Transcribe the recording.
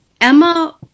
Emma